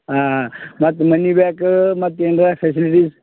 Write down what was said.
ಹಾಂ ಹಾಂ ಮತ್ತೆ ಮನಿ ಬ್ಯಾಕ್ ಮತ್ತೆ ಏನರ ಫೆಸಿಲಿಟಿ